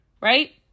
right